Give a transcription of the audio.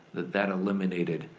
that that eliminated,